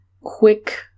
quick